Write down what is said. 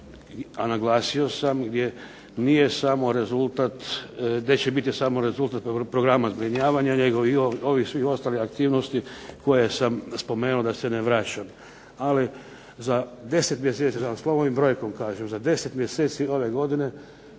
a naglasio sam gdje nije samo rezultat, neće biti samo rezultat programa zbrinjavanja nego i ovih svih ostalih aktivnosti koje sam spomenuo da se ne vraćam. Ali, za 10 mjeseci da vam slovom i brojkom kažem, za 10 mjeseci ove godine,